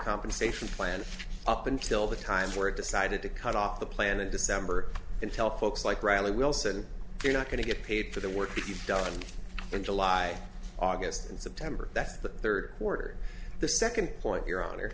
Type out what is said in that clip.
compensation plan up until the time where it decided to cut off the planet december and tell folks like riley wilson you're not going to get paid for the work you've done in july august and september that's the third quarter the second point your hon